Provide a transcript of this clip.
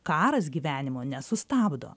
karas gyvenimo nesustabdo